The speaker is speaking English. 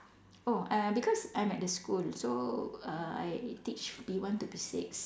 oh uh because I'm at the school so uh I teach P one to P six